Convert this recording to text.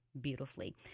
beautifully